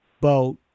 boat